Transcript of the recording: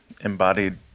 embodied